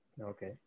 okay